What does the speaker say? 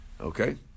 Okay